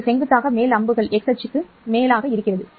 இது செங்குத்தாக மேல் அம்புகள் x அச்சுக்கு திசைகள்